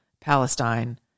Palestine